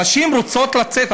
הנשים רוצות לצאת.